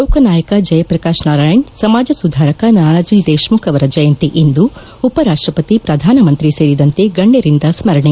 ಲೋಕ ನಾಯಕ ಜಯಪ್ರಕಾಶ್ ನಾರಾಯಣ್ ಸಮಾಜ ಸುಧಾರಕ ನಾನಾಜಿ ದೇಶ್ಮುಖ್ ಅವರ ಜಯಂತಿ ಇಂದು ಉಪರಾಷ್ಷಪತಿ ಪ್ರಧಾನಮಂತ್ರಿ ಸೇರಿದಂತೆ ಗಣ್ಣರಿಂದ ಸ್ಪರಣೆ